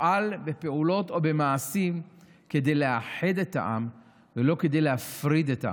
שתפעל בפעולות או במעשים כדי לאחד את העם ולא כדי להפריד את העם.